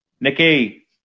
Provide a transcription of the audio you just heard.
Nikki